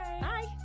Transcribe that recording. Bye